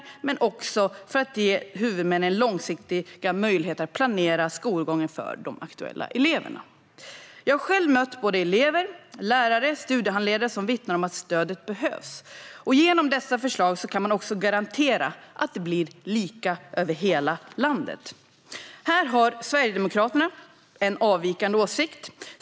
De kommer också att ge huvudmännen långsiktiga möjligheter att planera skolgången för de aktuella eleverna. Jag har själv mött både elever, lärare och studiehandledare som vittnar om att stödet behövs, och genom dessa förslag kan man också garantera att det blir lika över hela landet. Här har Sverigedemokraterna en avvikande åsikt.